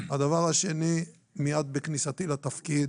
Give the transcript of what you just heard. הדבר השני, מיד בכניסתי לתפקיד,